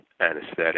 anesthetic